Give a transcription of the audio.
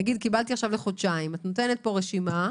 נניח שקיבלתי עכשיו לחודשיים, את נותנת פה רשימה.